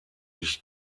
nicht